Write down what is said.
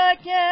again